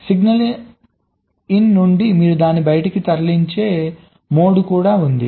signal in నుండి మీరు దాన్ని బయటికి తరలించే మోడ్ కూడా ఉంది